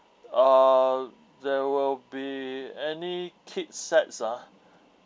uh there will be any kid's sets ah